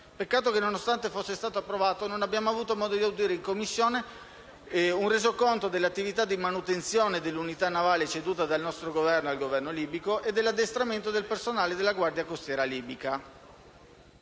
peccato che, nonostante fosse stato approvato, non abbiamo avuto modo di avere in Commissione un resoconto dell'attività di manutenzione delle unità navali cedute dal nostro Governo al Governo libico e dell'addestramento del personale della Guardia costiera libica.